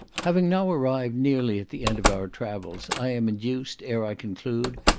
having now arrived nearly at the end of our travels, i am induced, ere i conclude,